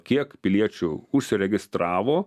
kiek piliečių užsiregistravo